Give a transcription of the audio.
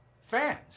fans